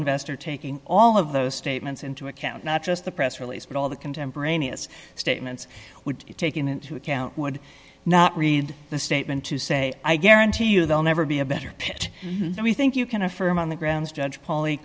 investor taking all of those statements into account not just the press release but all the contemporaneous statements would be taken into account would not read the statement to say i guarantee you they will never be a better fit than we think you can affirm on the grounds judge paul